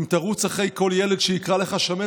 אם תרוץ אחרי כל ילד שיקרא לך שמן,